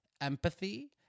empathy